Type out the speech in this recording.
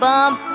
Bump